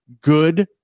good